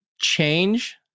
Change